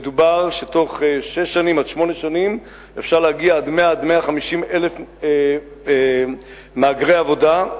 בתוך שש שנים עד שמונה שנים אפשר להגיע עד 100,000 150,000 מהגרי עבודה,